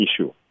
issue